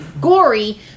gory